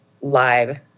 live